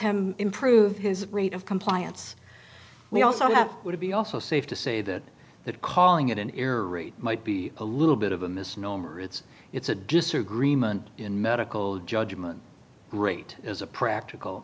him improve his rate of compliance we also have would be also safe to say that that calling it an error rate might be a little bit of a misnomer it's it's a disagreement in medical judgment great as a practical